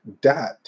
dot